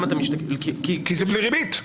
כי זה בלי ריבית.